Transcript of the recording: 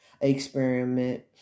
experiment